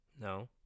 No